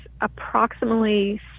approximately